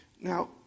Now